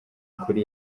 kuri